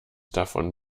davon